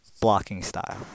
blocking-style